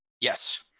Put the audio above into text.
Yes